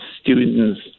students